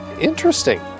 interesting